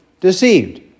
deceived